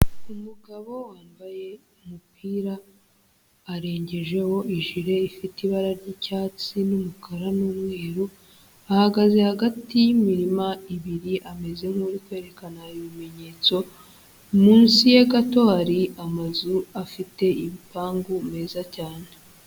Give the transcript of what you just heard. Umugabo wambaye umupira, arengejeho ijire ifite ibara ry'icyatsi n'umukara n'umweru, ahagaze hagati y'imirima ibiri ameze nk'uri kwerekana ibimenyetso, munsi ya gato hari amazu afite ibipangu meza cyane.